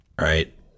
right